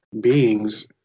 beings